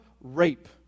Rape